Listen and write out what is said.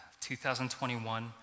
2021